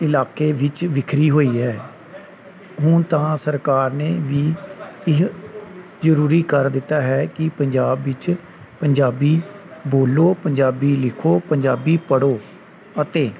ਇਲਾਕੇ ਵਿਚ ਵਿਖਰੀ ਹੋਈ ਹੈ ਹੁਣ ਤਾਂ ਸਰਕਾਰ ਨੇ ਵੀ ਇਹ ਜ਼ਰੂਰੀ ਕਰ ਦਿੱਤਾ ਹੈ ਕਿ ਪੰਜਾਬ ਵਿੱਚ ਪੰਜਾਬੀ ਬੋਲੋ ਪੰਜਾਬੀ ਲਿਖੋ ਪੰਜਾਬੀ ਪੜ੍ਹੋ ਅਤੇ